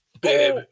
Babe